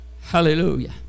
Hallelujah